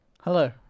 Hello